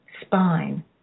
spine